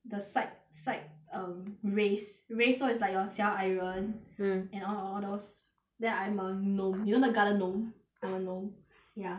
the side side um race race so is like your 小矮人 mm and al~ all those then I'm a gnome you know the garden gnome I'm a gnome ya